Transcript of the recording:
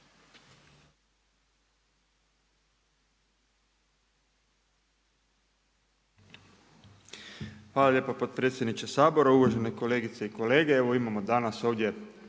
Hvala lijepa potpredsjedniče Sabora, uvažene kolegice i kolege. Evo imamo danas ovdje